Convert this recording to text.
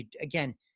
Again